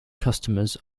customers